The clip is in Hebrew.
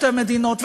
שתי מדינות,